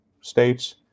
states